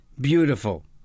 beautiful